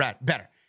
better